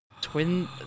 Twin